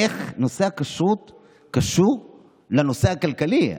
איך נושא הכשרות קשור לנושא הכלכלי?